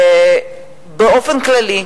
באופן כללי,